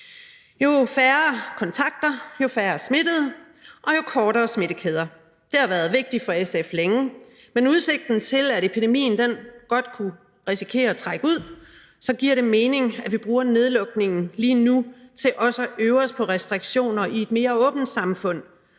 Jo færre kontakter, jo færre smittede og jo kortere smittekæder. Det har været vigtigt for SF længe. Men med udsigten til, at epidemien godt kunne risikere at trække ud, giver det mening, at vi bruger nedlukningen lige nu til også at øve os på restriktioner i et mere åbent samfund,